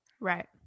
Right